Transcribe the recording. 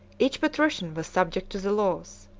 each patrician was subject to the laws.